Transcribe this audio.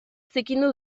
zikindu